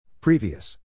Previous